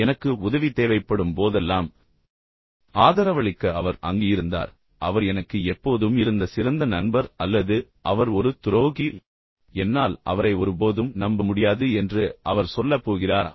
எனக்கு உதவி தேவைப்படும் போதெல்லாம் எனக்கு ஆதரவளிக்க அவர் அங்கு இருந்தார் அவர் எனக்கு எப்போதும் இருந்த சிறந்த நண்பர் அல்லது அவர் ஒரு துரோகி என்னால் அவரை ஒருபோதும் நம்ப முடியாது என்று அவர் சொல்லப் போகிறாரா